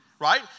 right